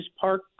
park